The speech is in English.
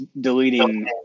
deleting